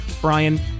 Brian